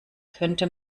könnte